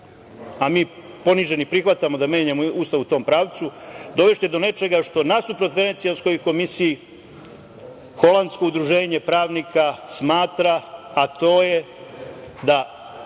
a mi poniženi prihvatamo da menjamo Ustav u tom pravcu, dovešće do nečega što nasuprot Venecijanskoj komisiji, holandsko udruženje pravnika smatra, a to je da